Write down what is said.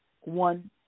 one